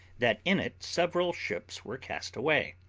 that in it several ships were cast away,